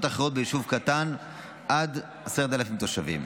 אחרות ביישוב קטן עד 10,000 תושבים.